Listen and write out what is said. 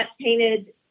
painted